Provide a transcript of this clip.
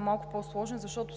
малко по-сложен, защото